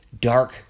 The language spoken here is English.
dark